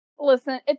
Listen